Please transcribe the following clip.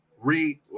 Relax